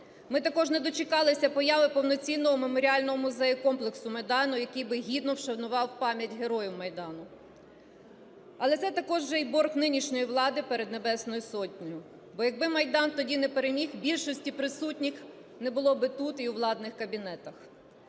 Ми також не дочекалися появи повноцінного меморіального музею-комплексу Майдану, який би гідно вшанував пам'ять героїв Майдану. Але це також уже й борг нинішньої влади перед Небесною Сотнею. Бо якби Майдан тоді не переміг, більшості присутніх не було би тут і у владних кабінетах.